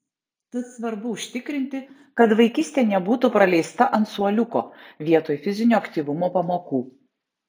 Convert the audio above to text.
tad svarbu užtikrinti kad vaikystė nebūtų praleista ant suoliuko vietoj fizinio aktyvumo pamokų